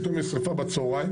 פתאום יש שריפה בצהריים,